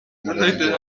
murenge